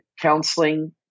counseling